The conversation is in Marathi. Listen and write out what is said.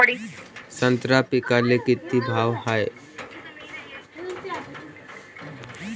संत्रा पिकाले किती भाव हाये?